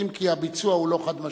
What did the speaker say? אם כי הביצוע הוא לא חד-משמעי.